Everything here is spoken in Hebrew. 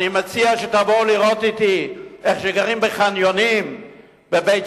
אני מציע שתבואו לראות אתי איך גרים בחניונים בבית-שמש.